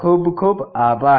ખુબ ખુબ આભાર